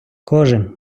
кожен